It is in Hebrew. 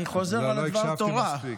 אני חוזר על דבר התורה.